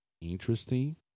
interesting